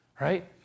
right